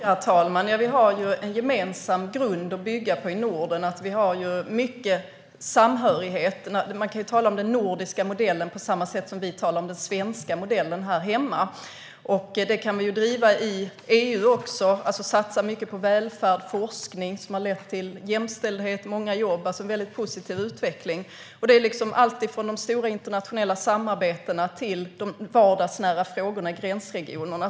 Herr talman! Vi har en gemensam grund att bygga på i Norden. Vi har stor samhörighet. Man kan tala om den nordiska modellen på samma sätt som vi brukar tala om den svenska modellen här hemma. Det arbetet kan vi driva även i EU. Det handlar om att satsa mycket på välfärd och forskning, vilket har lett till jämställdhet och många jobb, alltså en positiv utveckling. Det handlar om alltifrån stora internationella samarbeten till vardagsnära frågor i gränsregionerna.